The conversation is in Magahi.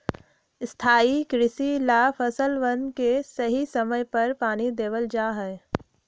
स्थाई कृषि ला फसलवन के सही समय पर पानी देवल जा हई